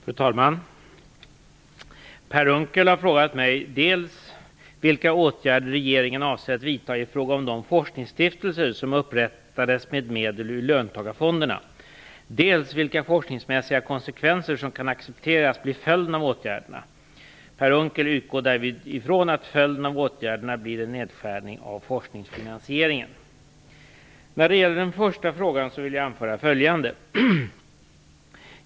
Fru talman! Per Unckel har frågat mig dels vilka åtgärder regeringen avser att vidta i fråga om de forskningsstiftelser som upprättades med medel ur löntagarfonderna, dels vilka forskningsmässiga konsekvenser som kan accepteras bli följden av åtgärderna; Per Unckel utgår därvid ifrån att följden av åtgärderna blir en nedskärning av forskningsfinansieringen. När det gäller den första frågan vill jag anföra följande.